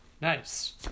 Nice